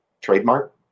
trademark